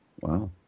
Wow